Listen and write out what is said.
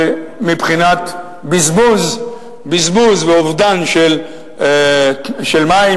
מבחינת בזבוז ואובדן של מים,